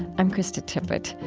i'm krista tippett.